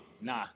Nah